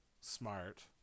smart